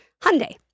Hyundai